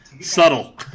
Subtle